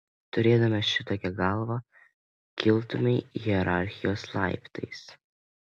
turėdamas šitokią galvą kiltumei hierarchijos laiptais